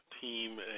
team